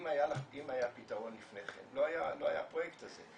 אם היה פתרון לפני כן לא היה הפרויקט הזה.